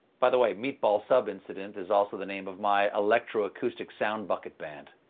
by the way, meatball sub incident is also the name of my electro-acoustic soundbucket band.